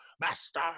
Master